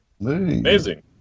Amazing